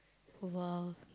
!wow!